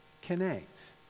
connect